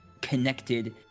connected